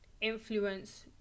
influence